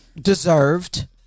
Deserved